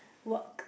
work